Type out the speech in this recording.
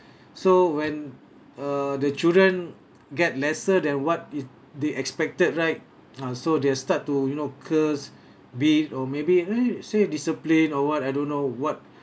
so when err the children get lesser than what it they expected right ah so they're start to you know curse beat or maybe eh say discipline or what I don't know what